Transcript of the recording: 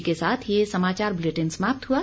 इसी के साथ ये समाचार बुलेटिन समाप्त हुआ